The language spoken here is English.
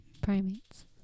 primates